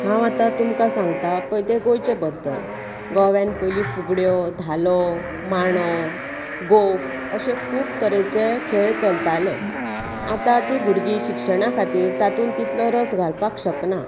हांव आता तूमकां सांगता पळय ते गोंयचे बद्दल गोव्यांत पयलीं फुगड्यो धालो मांडो गोफ अशे खूब तरेचे खेळ चलताले आताची भुरगीं शिक्षणा खातीर तातूंत तितलो रस घालपाक शकनात